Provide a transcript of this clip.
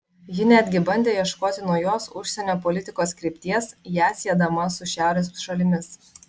ji netgi bandė ieškoti naujos užsienio politikos krypties ją siedama su šiaurės šalimis